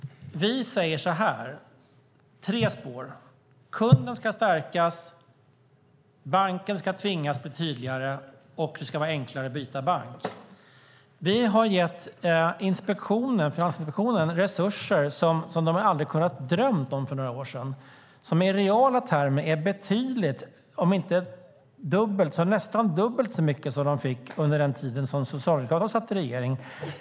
Vi säger att det är tre spår. Kunden ska stärkas. Banken ska tvingas bli tydligare, och det ska vara enklare att byta bank. Vi har gett Finansinspektionen resurser som de inte kunnat drömma om för några år sedan, som i reala termer är nästan dubbelt så mycket som de fick under den tid som Socialdemokraterna satt i regeringen.